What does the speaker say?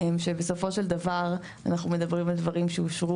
שבסופו של דבר אנחנו מדברים על דברים שאושרו